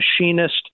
machinist